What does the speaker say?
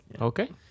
Okay